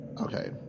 Okay